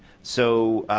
so,